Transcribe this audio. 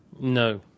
No